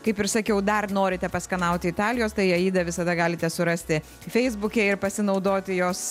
kaip ir sakiau dar norite paskanauti italijos tai aidą visada galite surasti feisbuke ir pasinaudoti jos